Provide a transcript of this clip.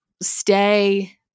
stay